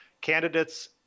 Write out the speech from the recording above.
Candidates